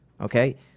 Okay